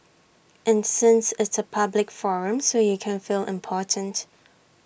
and since it's A public forum so you can feel important